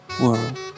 world